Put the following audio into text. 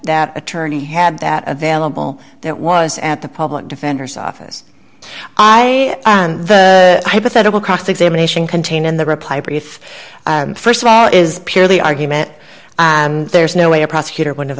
that attorney had that available that was at the public defender's office i the hypothetical cross examination contained in the reply brief st of all is purely argument and there's no way a prosecutor would